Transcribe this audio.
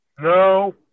No